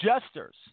Jesters